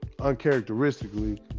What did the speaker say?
uncharacteristically